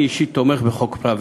אני אישית תומך בחוק פראוור.